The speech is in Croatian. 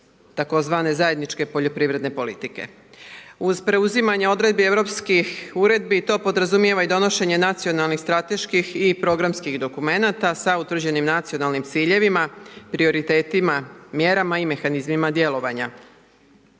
tzv. zajedničke poljoprivredne politike. Uz preuzimanje odredbi europskih uredbi to podrazumijeva i donošenje nacionalnih strateških i programskih dokumenata sa utvrđenim nacionalnim ciljevima, prioritetima, mjerama i mehanizmima djelovanja.